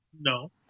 No